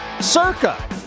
Circa